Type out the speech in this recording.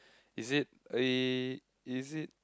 is it uh is it